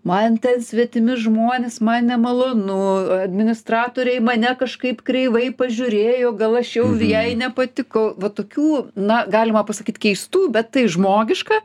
man ten svetimi žmonės man nemalonu administratorė į mane kažkaip kreivai pažiūrėjo gal aš jau jai nepatikau va tokių na galima pasakyt keistų bet tai žmogiška